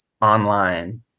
online